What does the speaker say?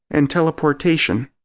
and teleportation?